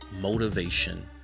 motivation